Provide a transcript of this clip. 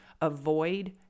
avoid